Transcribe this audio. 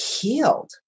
healed